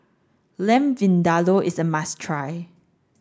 Lamb Vindaloo is a must try